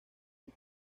sus